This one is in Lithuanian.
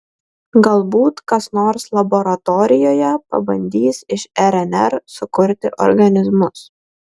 galbūt kas nors laboratorijoje pabandys iš rnr sukurti organizmus